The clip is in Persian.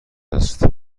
است